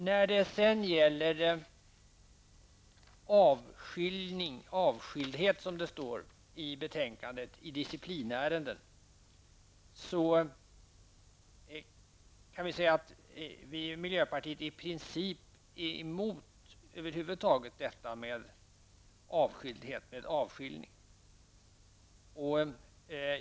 När det gäller avskildhet vid utredning i disciplinärende, som det talas om i betänkandet, kan jag säga att miljöpartiet över huvud taget är emot avskiljning.